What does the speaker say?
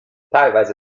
teilweise